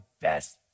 best